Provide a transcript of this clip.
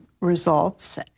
results